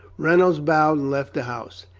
reynolds bowed and left the house.